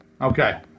Okay